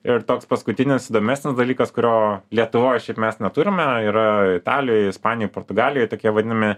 ir toks paskutinis įdomesnis dalykas kurio lietuvoj šiaip mes neturime yra italijoj ispanijoj portugalijoj tokie vadinami